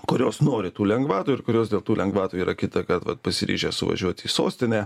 kurios nori tų lengvatų ir kurios dėl tų lengvatų yra kita kad vat pasiryžę suvažiuoti į sostinę